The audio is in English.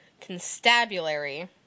Constabulary